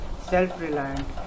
self-reliant